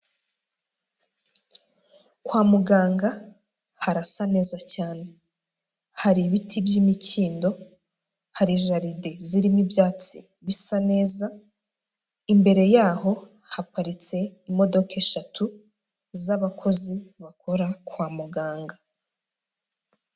Kwa muganga harasa neza cyane hari ibiti by'imikindo, hari jaride zirimo ibyatsi bisa neza, imbere yaho haparitse imodoka eshatu z'abakozi bakora kwa muganga.